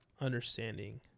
understanding